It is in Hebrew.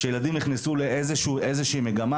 לגבי ילדים שנכנסו לאיזו שהיא מגמה